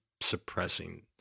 suppressing